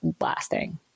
lasting